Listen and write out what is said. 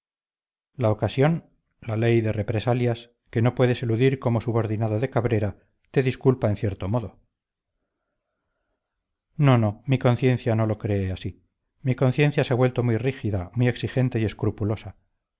la ocasión la ley de represalias que no puedes eludir como subordinado de cabrera te disculpa en cierto modo no no mi conciencia no lo cree así mi conciencia se ha vuelto muy rígida muy exigente y escrupulosa